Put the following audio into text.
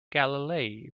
galilei